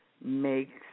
makes